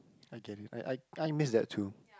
I get it I I I miss that too